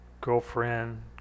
girlfriend